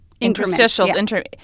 interstitials